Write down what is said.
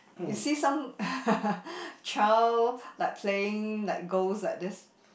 you see some child like playing like gold like this